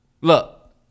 Look